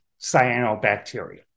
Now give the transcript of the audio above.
cyanobacteria